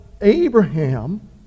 Abraham